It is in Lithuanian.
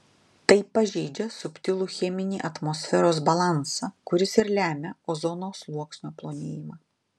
tai pažeidžia subtilų cheminį atmosferos balansą kuris ir lemia ozono sluoksnio plonėjimą